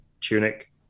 tunic